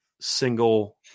single